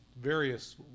various